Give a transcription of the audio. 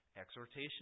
Exhortation